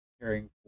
caring